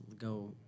go –